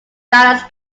dallas